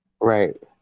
Right